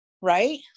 right